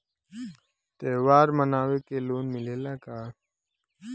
त्योहार मनावे के लोन मिलेला का?